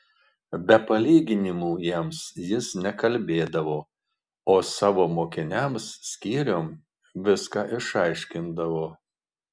be palyginimų jiems jis nekalbėdavo o savo mokiniams skyrium viską išaiškindavo